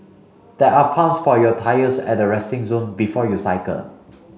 there are pumps for your tyres at the resting zone before you cycle